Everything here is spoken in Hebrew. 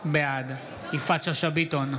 בעד יפעת שאשא ביטון,